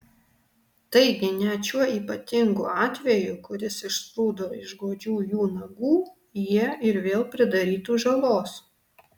taigi net šiuo ypatingu atveju kuris išsprūdo iš godžių jų nagų jie ir vėl pridarytų žalos